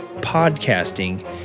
podcasting